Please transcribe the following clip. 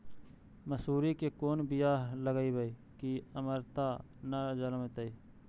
मसुरी के कोन बियाह लगइबै की अमरता न जलमतइ?